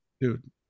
Dude